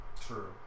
True